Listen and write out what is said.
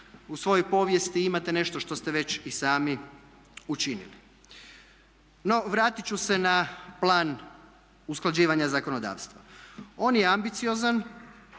u svojoj povijesti imate nešto što ste već i sami učinili. No, vratiti ću se na plan usklađivanja zakonodavstva. On je ambiciozan